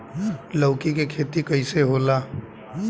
लौकी के खेती कइसे होला?